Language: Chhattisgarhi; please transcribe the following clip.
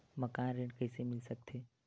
मकान ऋण कइसे मिल सकथे?